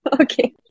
okay